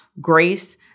grace